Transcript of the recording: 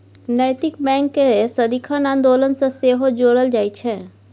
नैतिक बैंककेँ सदिखन आन्दोलन सँ सेहो जोड़ल जाइत छै